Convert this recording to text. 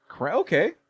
okay